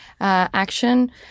action